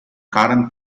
current